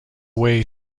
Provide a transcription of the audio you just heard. way